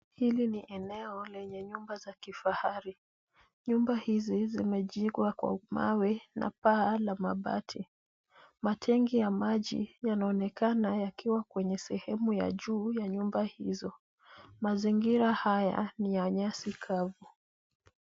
Hili ni eneo lenye nyumba za kifahari nyumba hizi zimejengwa kwa mawe na paa la mabati ,matangi ya maji yanaonekana yakiwa kwenye sehemu ya juu ya nyumba hizo ,mazingira haya ni ya nyasi kavu.